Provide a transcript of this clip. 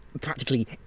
practically